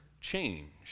change